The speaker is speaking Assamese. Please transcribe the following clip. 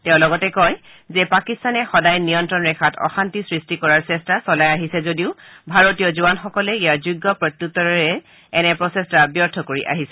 তেওঁ লগতে কয় যে পাকিস্তানে সদায় নিয়ন্ত্ৰণ ৰেখাত অশান্তি সৃষ্টি কৰাৰ চেষ্টা চলাই আহিছে যদিও ভাৰতীয় জোৱানসকলে ইয়াৰ যোগ্য প্ৰত্যুত্তৰেৰে এনে প্ৰচেষ্টাৰ ব্যৰ্থ কৰি আহিছে